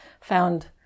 found